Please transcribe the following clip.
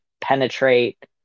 penetrate